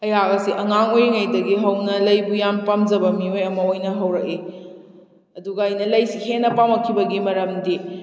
ꯑꯩꯍꯥꯛ ꯑꯁꯤ ꯑꯉꯥꯡ ꯑꯣꯏꯔꯤꯉꯩꯗꯒꯤ ꯍꯧꯅ ꯂꯩꯕꯨ ꯌꯥꯝ ꯄꯥꯝꯖꯕ ꯃꯤꯑꯣꯏ ꯑꯃ ꯑꯣꯏꯅ ꯍꯧꯔꯛꯏ ꯑꯗꯨꯒ ꯑꯩꯅ ꯂꯩꯁꯤ ꯍꯦꯟꯅ ꯄꯥꯝꯂꯛꯈꯤꯕꯒꯤ ꯃꯔꯝꯗꯤ